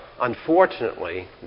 Unfortunately